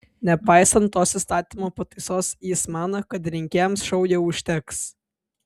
nepaisant tos įstatymo pataisos jis mano kad rinkėjams šou jau užteks